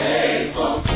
Faithful